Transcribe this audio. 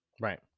Right